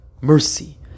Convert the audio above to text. mercy